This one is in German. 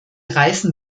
reißen